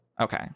Okay